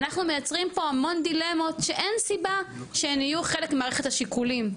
אנחנו מייצרים פה המון דילמות שאין סיבה שהן יהיו חלק ממערכת השיקולים,